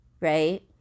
right